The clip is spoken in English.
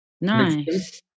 Nice